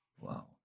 Wow